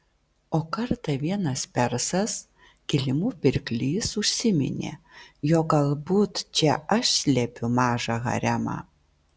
o kartą vienas persas kilimų pirklys užsiminė jog galbūt čia aš slepiu mažą haremą